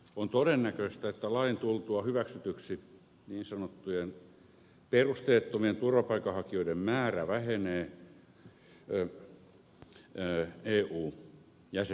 on todennäköistä että lain tultua hyväksytyksi niin sanottujen perusteettomien turvapaikanhakijoiden määrä vähenee eu jäsenmaista